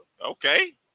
Okay